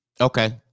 Okay